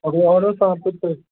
ककरो आओरसँ अहाँ पुछबै